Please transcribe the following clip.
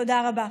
תודה רבה.